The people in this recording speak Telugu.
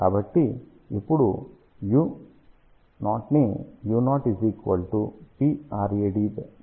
కాబట్టి ఇప్పుడు U0 ని U0 Prad 4π గా సూచించవచ్చు